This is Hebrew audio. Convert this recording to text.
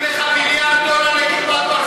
לך מיליארד דולר ל"כיפת ברזל",